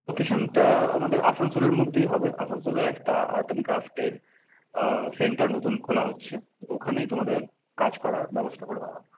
লোকেশনটা আমাদের আসানসোলের মধ্যেই হবে আসানসোলের একটা আর্ট অ্যান্ড ক্রাফটের সেন্টার নতুন খোলা হচ্ছে ওখানেই তোমাদের কাজ করার ব্যবস্থা করে দেওয়া হবে